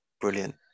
brilliant